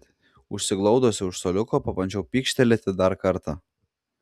užsiglaudusi už suoliuko pabandžiau pykštelėti dar kartą